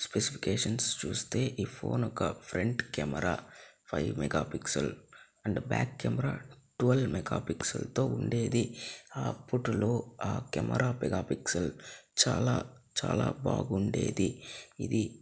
specifications చూస్తే ఈ phone ఒక front camera five mega pixel and back camera twelve mega పిక్సల్తో ఉండేది అప్పటిలో కెమెరా ఆ మెగా పిక్సల్ చాలా చాలా బాగుండేది ఇది